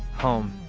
home.